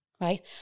right